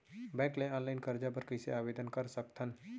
Bank ले online करजा बर कइसे आवेदन कर सकथन?